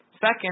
second